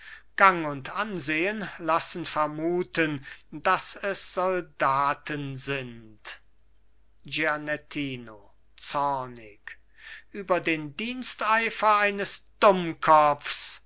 gang und ansehen lassen vermuten daß es soldaten sind gianettino zornig über den diensteifer eines dummkopfs